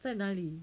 在哪里